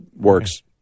works